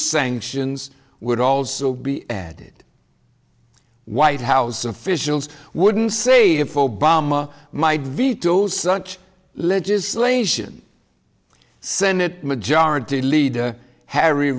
sanctions would also be added white house officials wouldn't say if obama might veto such legislation senate majority leader harry